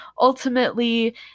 ultimately